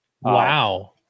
Wow